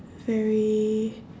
very